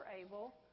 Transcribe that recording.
able